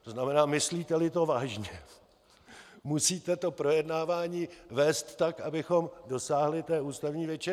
To znamená, myslíteli to vážně, musíte to projednávání vést tak, abychom dosáhli té ústavní většiny.